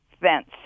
fence